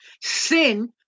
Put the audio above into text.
Sin